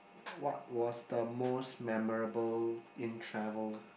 what was the most memorable in travel